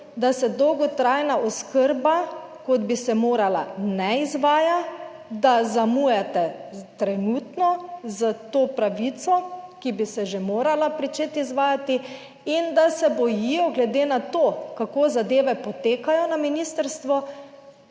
da se dolgotrajna oskrba kot bi se morala, ne izvaja, da zamujate trenutno s to pravico, ki bi se že morala pričeti izvajati in da se bojijo, glede na to, kako zadeve potekajo na ministrstvu,